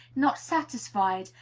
not satisfied,